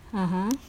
(uh huh)